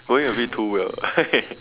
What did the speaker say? probably a bit too well